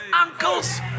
uncles